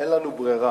אין לנו ברירה,